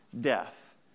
death